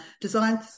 design